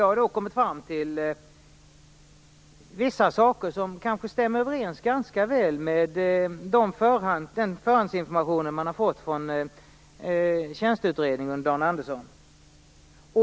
Jag har kommit fram till vissa saker som ganska väl stämmer överens med den förhandsinformation man fått från Dan Anderssons utredning.